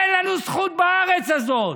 אין לנו זכות בארץ הזאת,